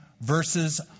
verses